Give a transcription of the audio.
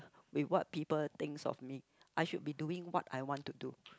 with what people thinks of me I should be doing what I want to do